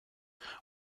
were